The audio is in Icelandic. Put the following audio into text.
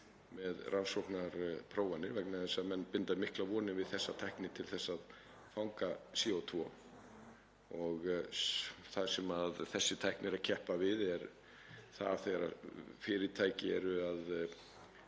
með rannsóknaprófanir vegna þess að menn binda miklar vonir við þessa tækni til þess að fanga CO2. Það sem þessi tækni er að keppa við er þegar fyrirtæki eru að